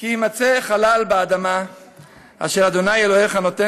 "כי יִמצא חלל באדמה אשר ה' אלהיך נֹתן